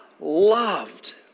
loved